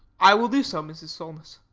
i will do so, mrs. solness.